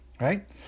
Right